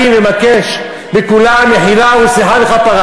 אין לכם דרך ארץ, אבל נחנך אתכם.